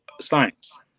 science